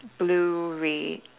blue red